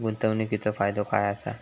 गुंतवणीचो फायदो काय असा?